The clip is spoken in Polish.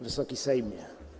Wysoki Sejmie!